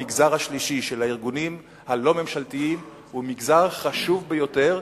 המגזר השלישי של הארגונים הלא-ממשלתיים הוא מגזר חשוב ביותר,